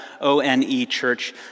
O-N-E-Church